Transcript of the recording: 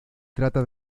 trata